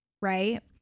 right